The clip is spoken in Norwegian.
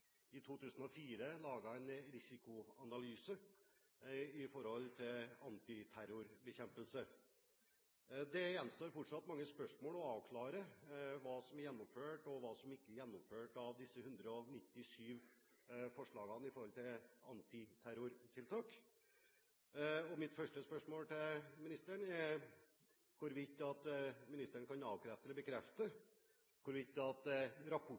i 2004 laget en risikoanalyse om antiterrorbekjempelse. Det gjenstår fortsatt å avklare mange spørsmål – hva som er gjennomført, og hva som ikke er gjennomført av disse 197 forslagene når det gjelder antiterrortiltak. Mitt første spørsmål til ministeren er: Kan ministeren avkrefte eller bekrefte hvorvidt rapporten, eller deler av rapporten,